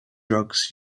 drugs